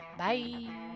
bye